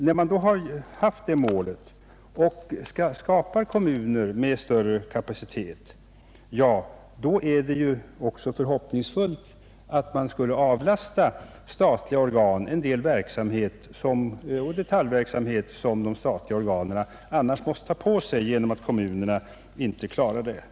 När man då haft detta mål och skapar kommuner med större kapacitet, var också förhoppningen att man skulle avlasta statliga organ en del detaljverksamhet som de statliga organen måste ta på sig därför att kommunerna inte kunde klara det hela.